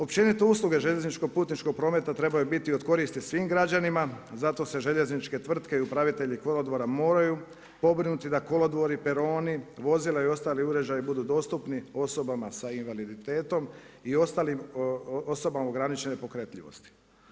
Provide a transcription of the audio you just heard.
Općenito usluge željezničkog putničkog prometa trebaju biti od koristi svim građanima, zato se željezničke tvrtke i upravitelji kolodvora moraju pobrinuti da kolodvori, peroni, vozila i ostali uređaju budu dostupni osoba sa invaliditetom, i ostalim osobama ograničene pokretljivosti.